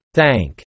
Thank